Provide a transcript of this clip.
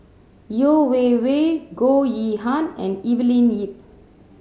Yeo Wei Wei Goh Yihan and Evelyn Lip